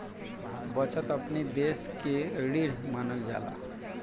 बचत अपनी देस के रीढ़ मानल जाला